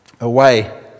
away